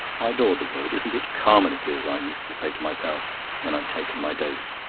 i adored the word. isn't it carminative i used to say to myself when i'd taken my dose.